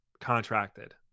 contracted